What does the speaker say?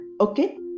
Okay